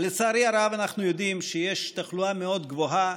לצערי הרב אנחנו יודעים שיש תחלואה מאוד גבוהה